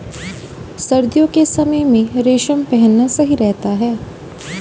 सर्दियों के समय में रेशम पहनना सही रहता है